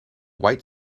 white